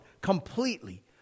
completely